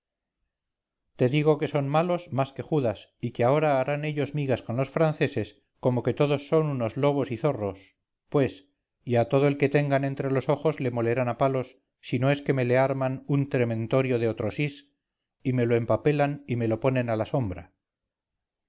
te digo que son malos más que judas y que ahora harán ellos migas con los franceses como que todos son unos lobos y zorros pues y a todo el que tengan entre ojos le molerán a palos si no es que me le arman un trementorio de otrosís y me lo empapelan y me lo ponen a la sombra